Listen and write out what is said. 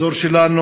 האזור שלנו,